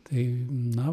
tai na